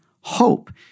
hope